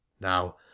now